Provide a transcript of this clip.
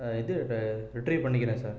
இது ரிட்ரைவ் பண்ணிக்கிறேன் சார்